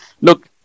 look